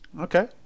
Okay